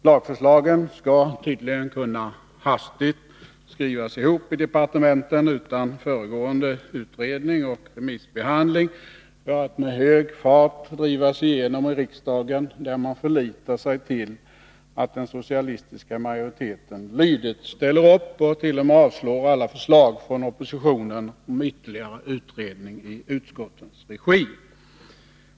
Lagförslagen skall tydligen hastigt kunna skrivas ihop i departementen utan föregående utredning och remissbehandling för att med hög fart drivas igenom i riksdagen, där man förlitar sig till att den socialistiska majoriteten lydigt ställer upp och t.o.m. avslår alla förslag från oppositionen om ytterligare utredning i utskottens regi.